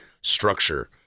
structure